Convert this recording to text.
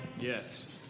Yes